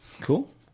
cool